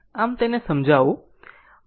આમ તેને સમજાવું